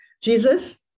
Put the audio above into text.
Jesus